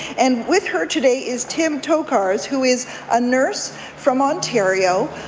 and with her today is tim tokarz who is a nurse from ontario.